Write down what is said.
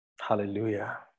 Hallelujah